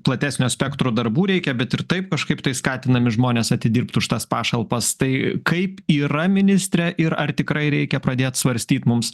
platesnio spektro darbų reikia bet ir taip kažkaip tai skatinami žmonės atidirbt už tas pašalpas tai kaip yra ministre ir ar tikrai reikia pradėt svarstyt mums